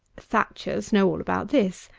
thatchers know all about this,